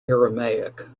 aramaic